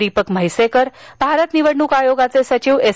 दीपक म्हैसेकर भारत निवडणूक आयोगाचे सचिव एस